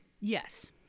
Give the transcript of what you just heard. Yes